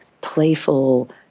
playful